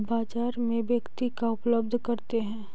बाजार में व्यक्ति का उपलब्ध करते हैं?